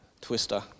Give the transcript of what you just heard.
twister